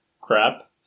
crap